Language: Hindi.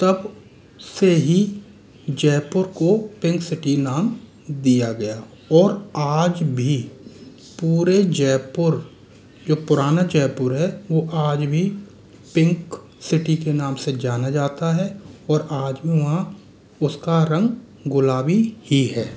तब से ही जयपुर को पिंक सिटी नाम दिया गया और आज भी पूरे जयपुर जो पुराना जयपुर है वो आज भी पिंक सिटी के नाम से जाना जाता है और आज भी वहाँ उसका रंग गुलाबी ही है